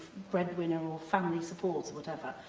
breadwinner or family support, or whatever,